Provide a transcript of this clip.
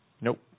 Nope